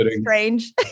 strange